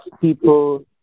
people